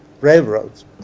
railroads